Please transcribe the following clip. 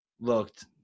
looked